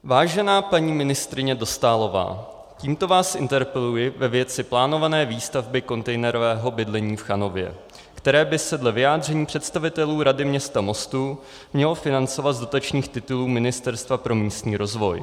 Vážená paní ministryně Dostálová, tímto vás interpeluji ve věci plánované výstavby kontejnerového bydlení v Chanově, které by se dle vyjádření představitelů Rady města Mostu mělo financovat z dotačních titulů Ministerstva pro místní rozvoj.